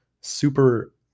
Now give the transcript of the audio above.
super